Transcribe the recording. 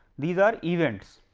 these are events.